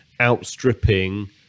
outstripping